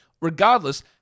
Regardless